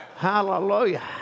Hallelujah